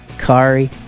Kari